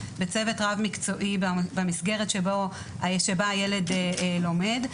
בצוות רב-מקצועי במסגרת שבה הילד לומד.